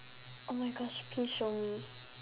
oh my gosh please show me